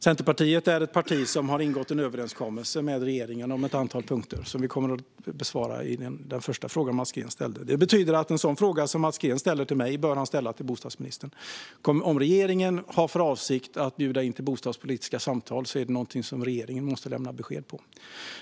Centerpartiet är ett parti som har ingått en överenskommelse med regeringen om ett antal punkter, och jag kommer att besvara den första frågan som Mats Green ställde. Men den fråga som Mats Green ställer till mig bör han ställa till bostadsministern; huruvida regeringen har för avsikt att bjuda in till bostadspolitiska samtal är någonting som regeringen måste lämna besked om.